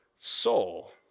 soul